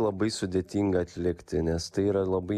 labai sudėtinga atlikti nes tai yra labai